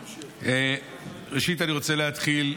ראשית אני רוצה להתחיל,